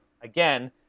again